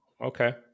Okay